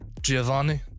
Giovanni